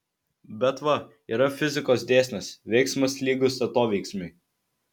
bet va yra fizikos dėsnis veiksmas lygus atoveiksmiui